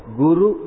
guru